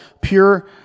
pure